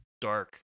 dark